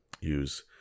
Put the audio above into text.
use